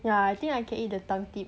ya I think I can eat the tougue tip